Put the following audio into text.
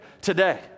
today